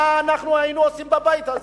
מה אנחנו היינו עושים בבית הזה?